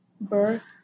birth